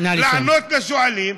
לענות לשואלים.